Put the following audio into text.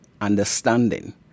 understanding